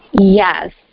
Yes